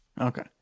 Okay